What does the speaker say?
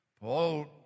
Paul